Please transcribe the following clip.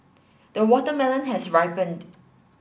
the watermelon has ripened